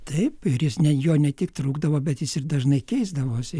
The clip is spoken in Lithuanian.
taip ir jis ne jo ne tik trūkdavo bet jis ir dažnai keisdavosi